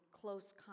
close